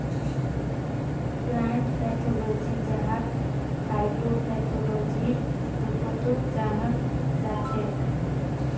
plant pathology जहाक फाइटोपैथोलॉजीर रूपतो जानाल जाछेक